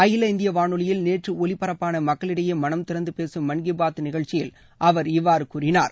அகில இந்திய வானொலியில் நேற்று ஒலிபரப்பான மக்களிடையே மனந்திறந்து பேசும் மன்கி பாத் நிகழ்ச்சியில் அவர் இவ்வாறு கூறினார்